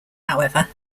however